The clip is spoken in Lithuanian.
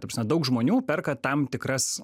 ta prasme daug žmonių perka tam tikras